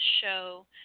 show